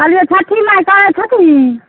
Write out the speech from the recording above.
कहलियै छठि माय करैत छथीन